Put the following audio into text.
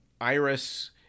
Iris